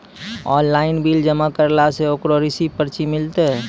Online bill जमा करला से ओकरौ रिसीव पर्ची मिलतै?